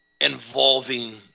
involving